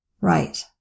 Right